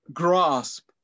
grasp